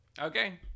Okay